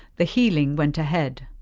the healing went ahead.